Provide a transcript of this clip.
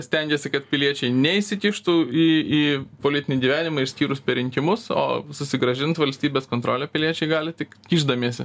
stengiasi kad piliečiai neįsikištų į į politinį gyvenimą išskyrus per rinkimus o susigrąžint valstybės kontrolę piliečiai gali tik kišdamiesi